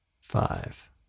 five